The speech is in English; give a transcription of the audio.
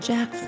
Jack